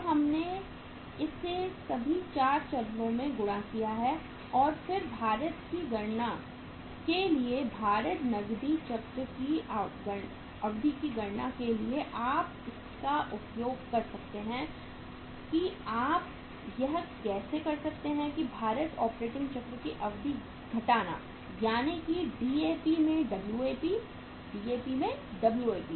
अब हमने इसे सभी 4 चरणों में गुणा किया है और फिर भारित की गणना के लिए भारित नकदी चक्र की अवधि की गणना के लिए आप इसका उपयोग कर सकते हैं कि आप यह कैसे कर सकते हैं कि भारित ऑपरेटिंग चक्र की अवधि घटना यानी कि DAP में WAP DAP में WAP